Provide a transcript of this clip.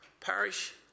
parish